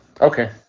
Okay